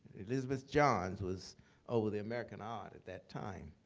elizabeth johns was over the american art, at that time.